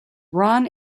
ron